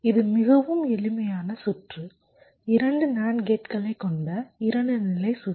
இது மிகவும் எளிமையான சுற்று 2 NAND கேட்களைக் கொண்ட 2 நிலை சுற்று